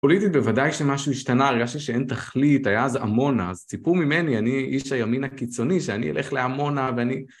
פוליטית בוודאי שמשהו השתנה, הרגשתי שאין תכלית, היה אז עמונה, אז ציפו ממני, אני איש הימין הקיצוני, שאני אלך לעמונה ואני...